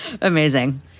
Amazing